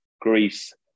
Greece